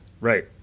right